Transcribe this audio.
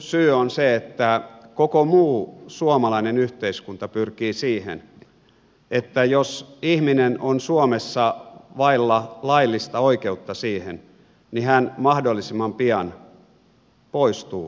perussyy on se että koko muu suomalainen yhteiskunta pyrkii siihen että jos ihminen on suomessa vailla laillista oikeutta siihen niin hän mahdollisimman pian poistuu suomesta